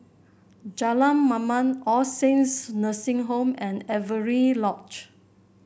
Jalan Mamam All Saints Nursing Home and Avery Lodge